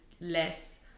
less